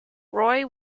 roy